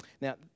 Now